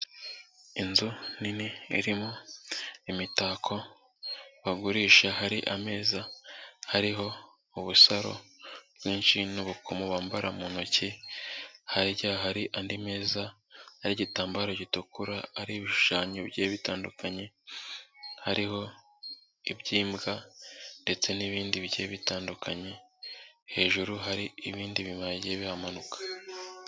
Inzu nini irimo imitako bagurisha, hari ameza hariho ubusaro bwinshi n'ubukomo bambara mu ntoki, hirya hari andi meza ariho igitambaro gitukura, hari ibishushanyo bigiye bitandukanye hariho iby'imbwa ndetse n'ibindi bigiye bitandukanye, hejuru hari n'ibindi bihagiye bihamanika.